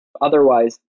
Otherwise